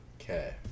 Okay